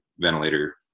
ventilator